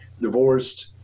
divorced